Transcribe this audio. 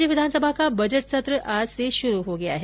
राज्य विधानसभा का बजट सत्र आज से शुरू हो गया है